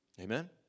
Amen